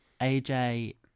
AJ